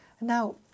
Now